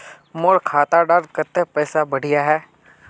मोर खाता डात कत्ते पैसा बढ़ियाहा?